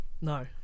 No